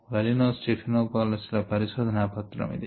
వలీనో Stephanopoulos ల పరిశోధన పత్రం ఇది